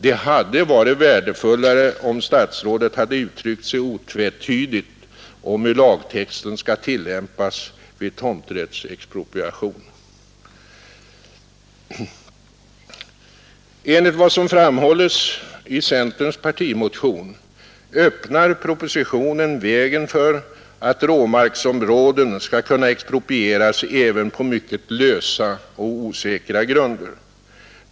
Det hade varit värdefullare om statsrådet hade uttryckt sig otvetydigt om hur lagtexten skall tillämpas vid tomträttsexpropriation. Enligt vad som framhålles i centerns partimotion öppnar propositionen vägen för att råmarksområden skall kunna exproprieras även på mycket lösa och osäkra grunder.